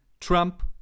Trump